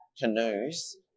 canoes